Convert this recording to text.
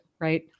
right